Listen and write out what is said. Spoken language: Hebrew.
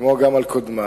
כמו גם על קודמי,